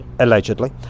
Allegedly